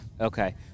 Okay